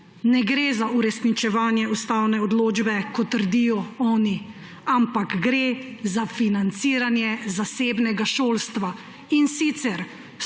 ne gre za uresničevanje ustavne odločbe, kot trdijo oni, ampak gre za financiranje zasebnega šolstva, in sicer